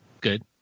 good